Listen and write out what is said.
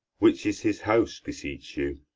which is his house, beseech you?